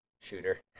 Shooter